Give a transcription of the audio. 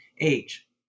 age